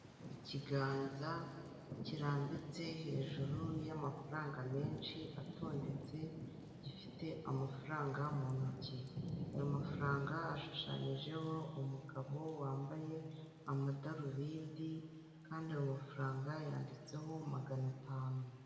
Ikiganza kirambitse hejuru y'amafaranga menshi atondetse gifite amafaranga mu ntoki ayo mafaranga ashushanyijeho umugabo wambaye amadarubindi kandi ayo mafaranga yanditseho magana atanu.